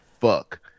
fuck